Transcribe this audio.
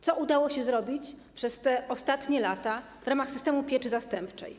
Co udało się zrobić przez te ostatnie lata w ramach systemu pieczy zastępczej?